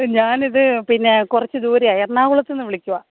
ഞാനിത് പിന്നെ കുറച്ച് ദൂരെയാണ് എറണാകുളത്തുനിന്ന് വിളിക്കുകയാ